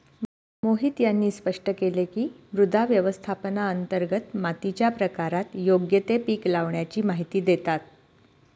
मोहित यांनी स्पष्ट केले की, मृदा व्यवस्थापनांतर्गत मातीच्या प्रकारात योग्य ते पीक लावाण्याची माहिती देतात